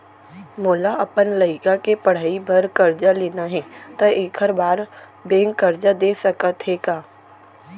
मोला अपन लइका के पढ़ई बर करजा लेना हे, त एखर बार बैंक करजा दे सकत हे का?